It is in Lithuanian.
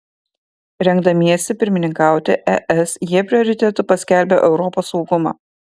rengdamiesi pirmininkauti es jie prioritetu paskelbė europos saugumą